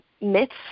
myths